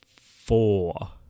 four